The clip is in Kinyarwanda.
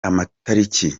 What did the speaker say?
amatariki